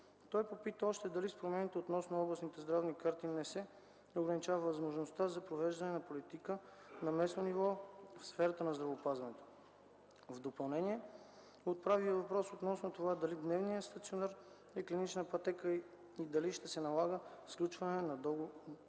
Той попита още дали с промените относно областните здравни карти не се ограничава възможността за провеждане на политика на местно ниво в сферата на здравеопазването. В допълнение отправи и въпрос относно това дали дневният стационар е клинична пътека, и дали ще се налага сключването